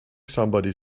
somebody